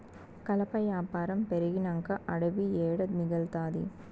కలప యాపారం పెరిగినంక అడివి ఏడ మిగల్తాది